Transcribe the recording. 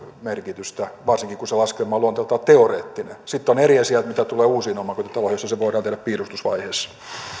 merkitystä varsinkin kun se laskelma on luonteeltaan teoreettinen sitten on eri asia että mitä tulee uusiin omakotitaloihin joissa se voidaan tehdä piirustusvaiheessa